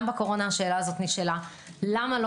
גם בקורונה השאלה הזאת נשאלה למה לא